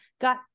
Got